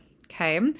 Okay